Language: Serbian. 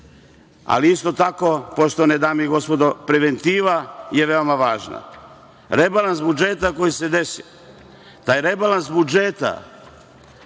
Ali isto tako, poštovane dame i gospodo, preventiva je veoma važna. Rebalans budžeta koji se desio, taj rebalans budžeta